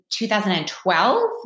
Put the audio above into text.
2012